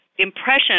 impression